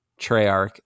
Treyarch